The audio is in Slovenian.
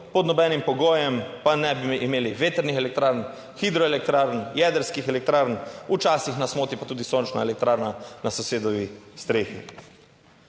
pod nobenim pogojem pa ne bi imeli vetrnih elektrarn, hidroelektrarn, jedrskih elektrarn, včasih nas moti pa tudi sončna elektrarna na sosedovi strehi.